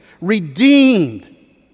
redeemed